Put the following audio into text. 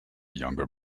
younger